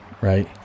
right